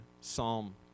Psalm